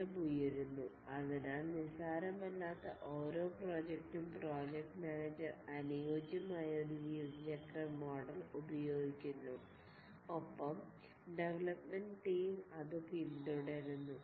ചെലവ് ഉയരുന്നു അതിനാൽ നിസ്സാരമല്ലാത്ത ഓരോ പ്രോജക്റ്റും പ്രോജക്ട് മാനേജർ അനുയോജ്യമായ ഒരു ജീവിതചക്രം മോഡൽ ഉപയോഗിക്കുന്നു ഒപ്പം ഡെവലൊപ്മെന്റ് ടീം അത് പിൻതുടരുന്നു